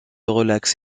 relaxe